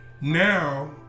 now